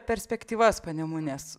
perspektyvas panemunės